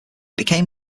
became